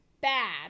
bad